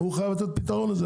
הוא חיי בלתת פתרון לזה.